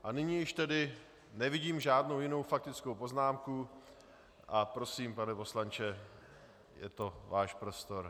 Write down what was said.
A nyní již tedy nevidím žádnou jinou faktickou poznámku a prosím, pane poslanče, je to váš prostor.